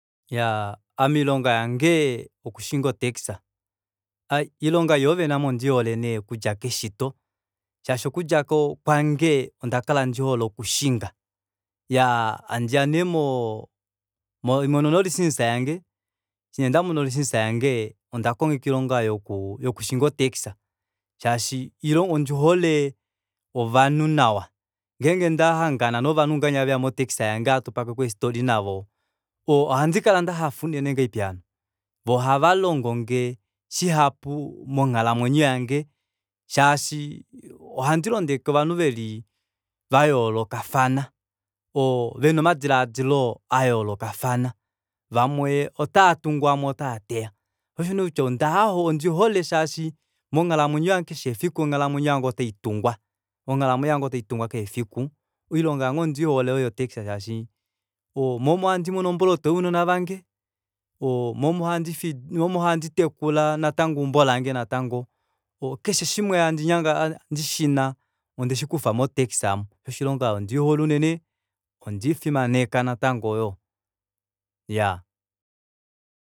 Iyaa ame iilonga yange okushinga o taxi iilonga ei ondihole nee okudja keshito shashi okudja kwange onda kala ndihole okushinga, handiya nee moo haimono nee lisinisa yange eshi nee ndamona olisinisa yange onda konga aike oilonga yoku yokushinga o taxi shaashi ilonga ondihole ovanhu nawa ngeenge ndahangana novanhu mo taxi yange ngahenya hatu pakeko eestori navo ohandi kala ndahafa unene ngahelipi hano voo oha valongonge shihapu monghalamwenyo yange shaashi ohandi londeke ovanhu veli vayoolokafana oo vena omadilaadilo ayoolokafana vamwe otaatungu vamwe otaateya shoo osho neekutya ondihole shaashi monghalamwenyo yange keshefiku onghalamwenyo yange ota itungwa onghalamwenyo yange otai tungwa keshe efiku oilonga yange ondihole oyo yo taxi shaashi moo omo handi mono omboloto younona vange oo moo omo handi fiidi momo handi tekula natango eumbo lange natango keshe shimwe handi nyanga dishina ondeshikufa mo taxi aamo shoo osho oilonga aayo ondiihole unene ondiifimaneka natango yoo iyaa